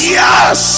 yes